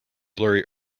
blurry